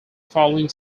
following